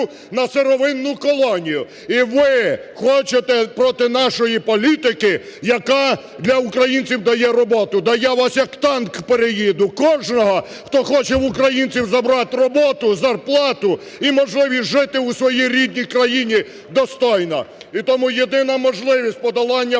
на сировинну колонію. І ви хочете проти нашої політики, яка для українців дає роботу. Да я вас, як танк, переїду кожного, хто хоче в українців забрати роботу, зарплату і можливість жити в своїй рідній країні достойно. І тому єдина можливість подолання проблеми